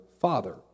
father